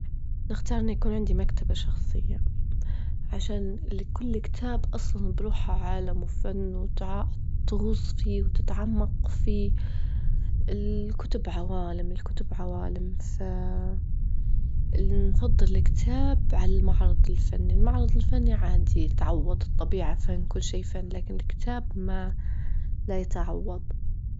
نختار إن يكون عندي مكتبة شخصية، عشان لكل كتاب أصلا بروحه عالم وفن وتع- تغوص فيه وتتعمق فيه، الكتب عوالم- الكتب عوالم، فنفضل الكتاب على المعرض الفني، المعرض الفني عادي يتعوض، الطبيعة فن، كل شي فن، لكن الكتاب ما لا يتعوض.